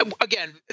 again